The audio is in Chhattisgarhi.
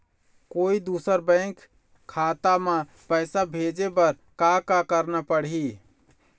कोई दूसर बैंक खाता म पैसा भेजे बर का का करना पड़ही?